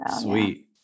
Sweet